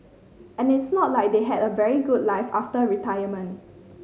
and it's not like they had a very good life after retirement